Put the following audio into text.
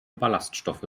ballaststoffe